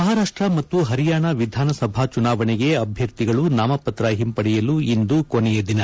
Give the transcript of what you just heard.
ಮಹಾರಾಷ್ಟ ಮತ್ತು ಹರಿಯಾಣ ವಿಧಾನಸಭಾ ಚುನಾವಣೆಗೆ ಅಭ್ಯರ್ಥಿಗಳು ನಾಮಪತ್ರ ಹಿಂಪಡೆಯಲು ಇಂದು ಕೊನೆಯ ದಿನ